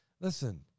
Listen